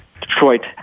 Detroit